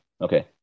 okay